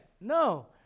No